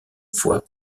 fois